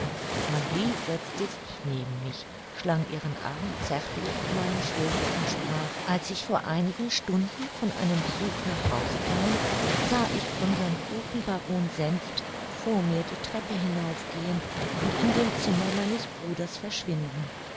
marie setzte sich neben mich schlang ihren arm zärtlich um meine schulter und sprach als ich vor einigen stunden von einem besuch nach hause kam sah ich unsern guten baron senft vor mir die treppe hinauf gehen und in dem zimmer meines bruders verschwinden